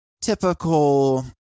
typical